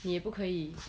你也不可以